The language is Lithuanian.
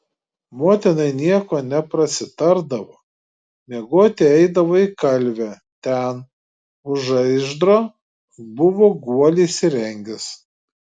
motinai nieko neprasitardavo miegoti eidavo į kalvę ten už žaizdro buvo guolį įsirengęs